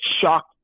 shocked